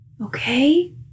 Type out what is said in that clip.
okay